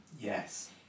Yes